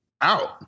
out